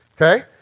okay